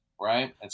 right